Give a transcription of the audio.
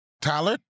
tyler